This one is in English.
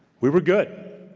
we were good,